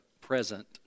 present